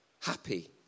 happy